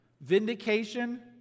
Vindication